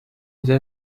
mises